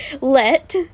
let